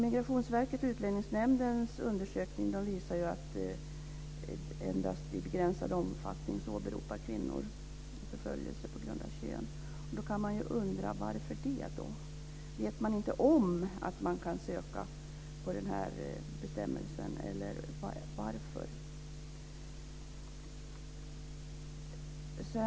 Migrationsverkets och Utlänningsnämndens undersökning visar ju att kvinnor endast i begränsad omfattning åberopar förföljelse på grund av kön. Då kan man ju undra varför. Vet de inte om att de kan söka med den här bestämmelsen som grund, eller varför gör de inte det?